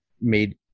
made